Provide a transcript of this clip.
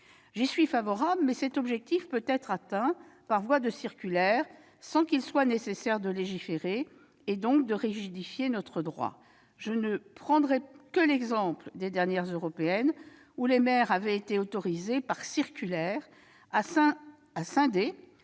J'y suis favorable, mais cet objectif peut être atteint par voie de circulaire sans qu'il soit nécessaire de légiférer et, donc, de rigidifier notre droit. Je ne prendrai que l'exemple des dernières élections européennes, pour lesquelles les maires avaient été autorisés, par circulaire, à scinder